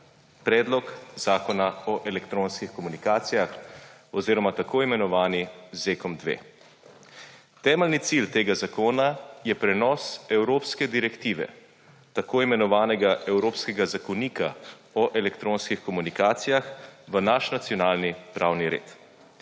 Predlog zakona o elektronskih komunikacijah oziroma tako imenovani ZEKom-2. Temeljni cilj tega zakona je prenos evropske direktive, tako imenovanega Evropskega zakonika o elektronskih komunikacijah, v naš nacionalni pravni red.